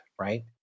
right